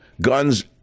Guns